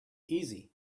easy